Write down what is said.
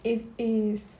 it is